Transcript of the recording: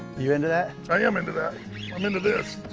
you into that? i am into that. i'm into this,